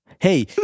Hey